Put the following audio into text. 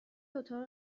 اتاق